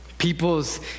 people's